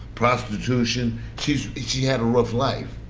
prostitution. she she had a rough life.